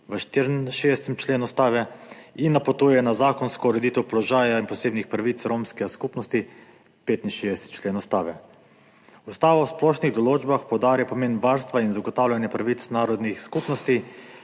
skupnosti, 64. člen Ustave, in napotuje na zakonsko ureditev položaja in posebnih pravic romske skupnosti, 65. člen Ustave. Ustava v splošnih določbah poudarja pomen varstva in zagotavljanja pravic narodnih skupnosti,